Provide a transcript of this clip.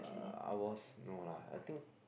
I was no lah I think